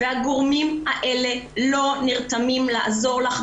והגורמים האלה לא נרתמים לעזור לך.